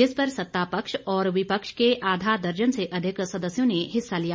जिस पर सत्तापक्ष और विपक्ष के आधा दर्जन से अधिक सदस्यों ने हिस्सा लिया